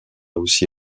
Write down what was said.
aussi